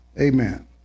Amen